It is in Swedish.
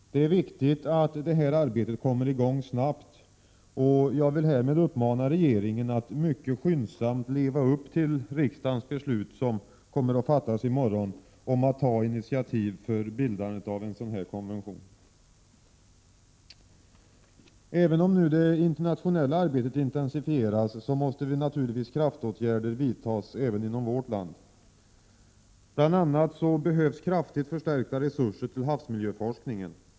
Det är viktigt att det här arbetet kommer i gång snabbt, och jag vill härmed uppmana regeringen att mycket skyndsamt leva upp till riksdagens beslut — som kommer att fattas i morgon — och ta initiativ till bildandet av en sådan här konvention. Även om nu det internationella arbetet intensifieras, måste naturligtvis kraftåtgärder vidtas även inom vårt land. BI. a. behövs en kraftig förstärkning av resurserna till havsmiljöforskningen.